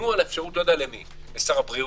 את האפשרות לשר הבריאות,